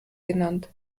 genannt